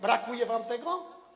Brakuje wam tego?